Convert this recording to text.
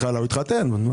בבית.